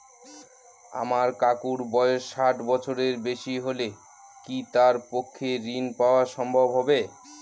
আমার কাকুর বয়স ষাট বছরের বেশি হলে কি তার পক্ষে ঋণ পাওয়া সম্ভব হবে?